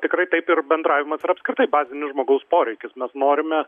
tikrai taip ir bendravimas ir apskritai bazinis žmogaus poreikis mes norime